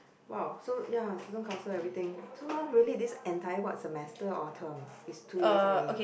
!wow! so ya student council everything so now really this entire what semester or term is two days only